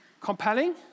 Compelling